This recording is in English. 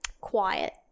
quiet